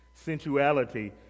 Sensuality